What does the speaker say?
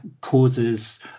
causes